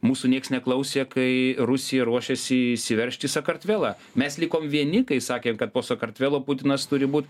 mūsų nieks neklausė kai rusija ruošėsi įsiveržt į sakartvelą mes likom vieni kai sakėm kad po sakartvelo putinas turi būt